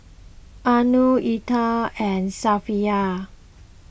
Anuar Intan and Safiya